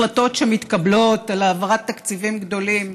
החלטות שמתקבלות על העברת תקציבים גדולים,